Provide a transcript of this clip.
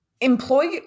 employ